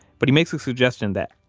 but he makes a suggestion that,